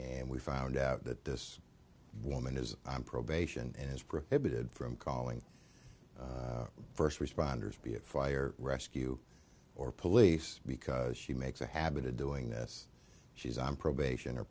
and we found out that this woman is on probation and is prohibited from calling first responders be it fire rescue or police because she makes a habit of doing this she's on probation or